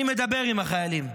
אני מדבר עם החיילים,